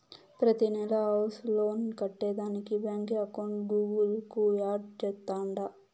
ప్రతినెలా house loan కట్టేదానికి బాంకీ అకౌంట్ గూగుల్ కు యాడ్ చేస్తాండా